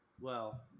Well-